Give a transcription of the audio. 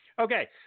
Okay